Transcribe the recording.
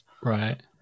Right